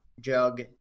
Jug